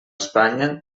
espanya